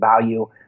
value